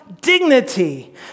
Dignity